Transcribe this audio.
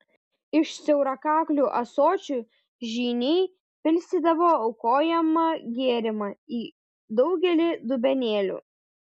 iš siaurakaklių ąsočių žyniai pilstydavo aukojamą gėrimą į daugelį dubenėlių